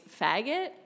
faggot